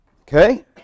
Okay